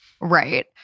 Right